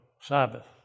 Sabbath